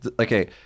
okay